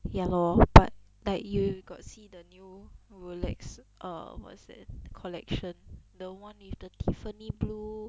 ya lor but like you got see the new Rolex err what's that collection the one with the tiffany blue